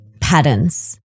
patterns